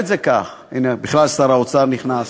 הנה, נכנס, שר האוצר נכנס,